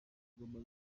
tugomba